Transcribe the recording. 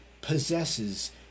possesses